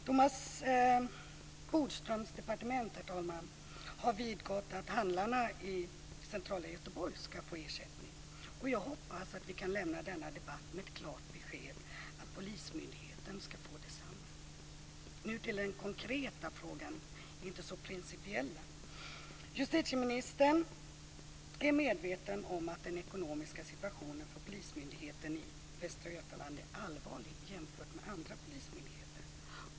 Thomas Bodströms departement, herr talman, har vidgått att handlarna i centrala Göteborg ska få ersättning. Jag hoppas att vi kan lämna denna debatt med ett klart besked om att polismyndigheten ska få detsamma. Nu till den konkreta och inte så principiella frågan. Justitieministern är medveten om att den ekonomiska situationen för polismyndigheten i Västra Götaland är allvarlig jämfört med andra polismyndigheter.